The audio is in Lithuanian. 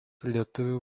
lietuvių